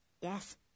Yes